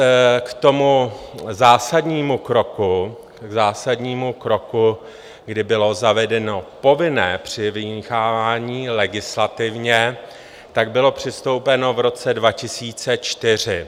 K tomu zásadnímu kroku, k zásadnímu kroku, kdy bylo zavedeno povinné přimíchávání legislativně, bylo přistoupeno v roce 2004.